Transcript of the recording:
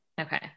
Okay